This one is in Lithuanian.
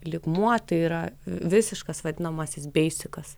lygmuo tai yra visiškas vadinamasis beisikas